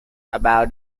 about